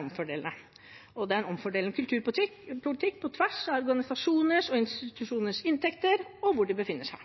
omfordelende. Det er en omfordelende kulturpolitikk på tvers av organisasjoner og institusjoners inntekter og hvor de befinner seg.